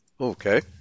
Okay